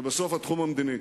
ובסוף, התחום המדיני,